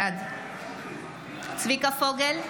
בעד צביקה פוגל,